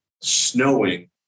snowing